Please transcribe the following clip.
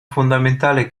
fondamentale